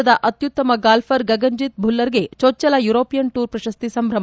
ದೇಶದ ಅತ್ನುತ್ತಮ ಗಾಲ್ಲರ್ ಗಗನ್ಜಿತ್ ಭುಲ್ಲರ್ಗೆ ಚೊಚ್ಲಲ ಯುರೋಪಿಯನ್ ಟೂರ್ ಪ್ರಶಸ್ತಿ ಸಂಭ್ರಮ